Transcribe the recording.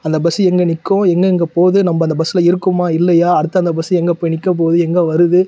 அந்த பஸ்ஸு எங்கே நிற்கும் எங்கேங்க போது நம்ம அந்த பஸ்ஸில் இருக்கோமா இல்லையா அடுத்து அந்த பஸ்ஸு எங்கே போய் நிற்கப் போது எங்கே வருது